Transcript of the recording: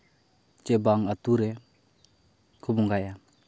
ᱪᱮ ᱵᱟᱝ ᱟᱹᱛᱩ ᱨᱮᱠᱚ ᱵᱚᱸᱜᱟᱭᱟ